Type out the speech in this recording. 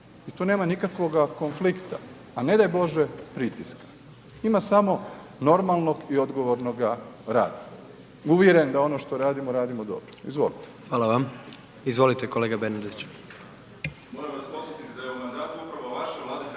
I tu nema nikakvoga konflikta a ne daj Bože pritiska. Ima samo normalnog i odgovornoga rada. Uvjeren da ono što radimo, radimo dobro. Izvolite.